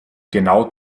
genau